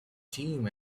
team